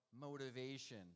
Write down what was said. motivation